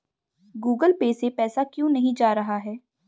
Google Pay से पैसा क्यों नहीं जा रहा है?